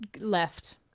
left